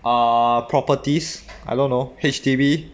uh properties I don't know H_D_B